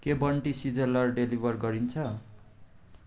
के Bunty sizzler deliver गरिन्छ